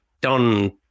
done